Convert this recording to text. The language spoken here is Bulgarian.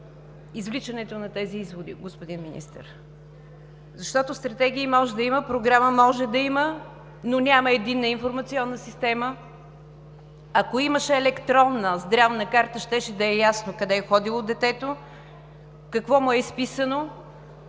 извличането на тези изводи, господин Министър. Защото стратегии може да има, програма може да има, но няма единна информационна система. Ако имаше електронна здравна карта, щеше да е ясно къде е ходило детето, какво му е изписано,